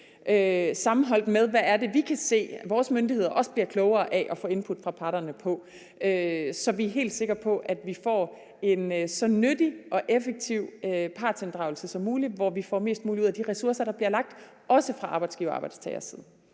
sammenholdt med, hvad det er, vi kan se, at vores myndigheder også bliver klogere af at få input fra parterne på, så vi kan være helt sikre på, at vi får en så nyttig og effektiv partsinddragelse som mulig, og så vi får mest muligt ud af de ressourcer, der bliver lagt, også fra arbejdsgivers og arbejdstagers side.